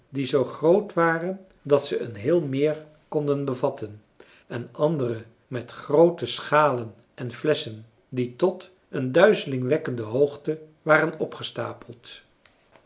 die zoo groot waren dat ze een heel meer konden bevatten en andere met groote schalen en flesschen die tot een duizelingwekkende hoogte waren opgestapeld